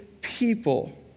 people